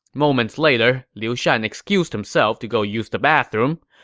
moments later, liu shan excused himself to go use the bathroom.